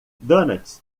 donuts